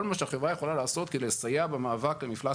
כל מה שהחברה יכולה לעשות כדי לסייע במאבק על מפלס